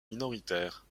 minoritaires